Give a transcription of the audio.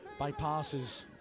bypasses